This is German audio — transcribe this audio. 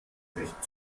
recht